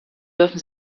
dürfen